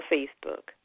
Facebook